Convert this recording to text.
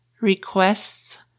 requests